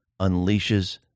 unleashes